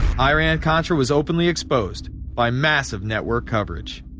iron-contra was openly exposed by massive network coverage.